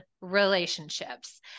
relationships